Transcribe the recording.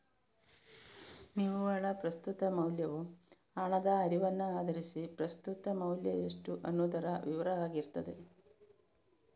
ನಿವ್ವಳ ಪ್ರಸ್ತುತ ಮೌಲ್ಯವು ಹಣದ ಹರಿವನ್ನ ಆಧರಿಸಿ ಪ್ರಸ್ತುತ ಮೌಲ್ಯ ಎಷ್ಟು ಅನ್ನುದರ ವಿವರ ಆಗಿರ್ತದೆ